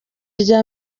rya